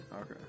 Okay